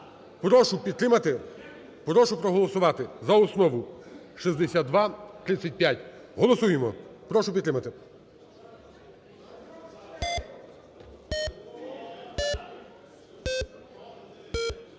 Прошу підтримати, прошу проголосувати за основу 6235. Голосуємо. Прошу підтримати.